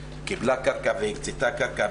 בישראל המיעוט הערבי מוכר על ידי המדינה כמיעוט לשוני,